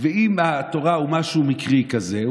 אם תורה היא משהו מקרי כזה,